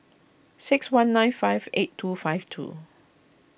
six one nine five eight two five two